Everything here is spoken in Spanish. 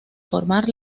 formar